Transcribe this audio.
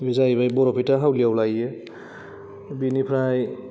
बे जाहैबाय बरपेटा हावलियाव लाययो बिनिफ्राय